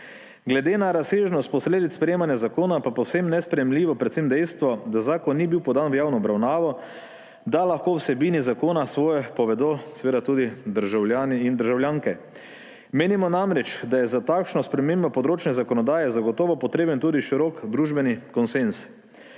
Glede na razsežnost posledic sprejemanja zakona pa je povsem nesprejemljivo predvsem dejstvo, da zakon ni bil podan v javno obravnavo, da lahko o vsebini zakona svoje povedo tudi državljani in državljanke. Menimo namreč, da je za takšno spremembo področne zakonodaje zagotovo potreben tudi širok družbeni konsenz.